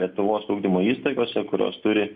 lietuvos ugdymo įstaigose kurios turi